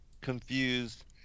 confused